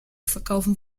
verkaufen